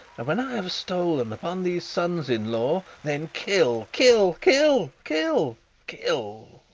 and when i have stol'n upon these sons-in-law, then kill, kill, kill, kill, kill,